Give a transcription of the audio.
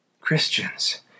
Christians